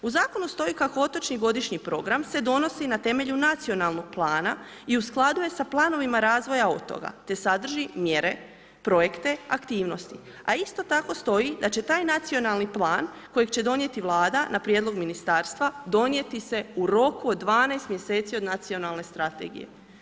U Zakonu stoji kako otočni godišnji program se donosi na temelju nacionalnog plana i u skladu je sa planovima razvoja otoka te sadrži mjere, projekte, aktivnosti, a isto tako stoji da će nacionalni plan kojeg će donijeti Vlada na prijedlog Ministarstva donijeti se u roku od 12. mjeseci od nacionalne strategije.